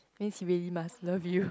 means he really must love you